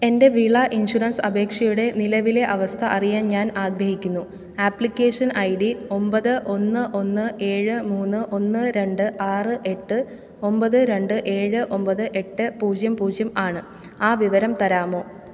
എന്റെ വിള ഇൻഷുറൻസ് അപേക്ഷയുടെ നിലവിലെ അവസ്ഥ അറിയാൻ ഞാൻ ആഗ്രഹിക്കുന്നു ആപ്ലിക്കേഷൻ ഐ ഡി ഒമ്പത് ഒന്ന് ഒന്ന് ഏഴ് മൂന്ന് ഒന്ന് രണ്ട് ആറ് എട്ട് ഒമ്പത് രണ്ട് ഏഴ് ഒമ്പത് എട്ട് പൂജ്യം പൂജ്യം ആണ് ആ വിവരം തരാമോ